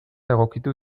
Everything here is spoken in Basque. egokitu